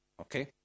Okay